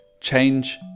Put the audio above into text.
change